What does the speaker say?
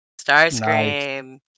Starscream